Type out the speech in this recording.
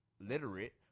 literate